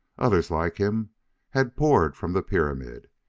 others like him had poured from the pyramid,